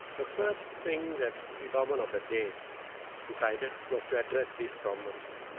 the first thing that the government of the day decided was to address these problems.